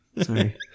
Sorry